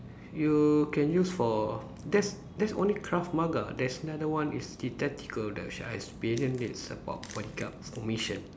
you can use for that's that's only Krav-Maga there's another one is tactical that I sh~ experience this about bodyguard formation